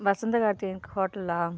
Vasantha Karthikeyan hotel